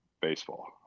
baseball